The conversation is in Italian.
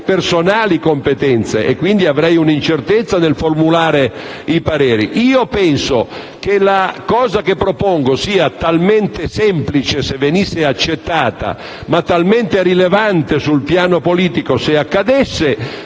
personali competenze e, quindi, avrei un'incertezza nel formulare i pareri. Io penso che la cosa che propongo sia talmente semplice, se venisse accettata, ma talmente rilevante sul piano politico che dovrebbe